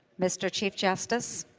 mr. chief justice